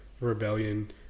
rebellion